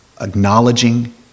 acknowledging